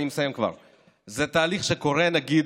נגיד,